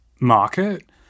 market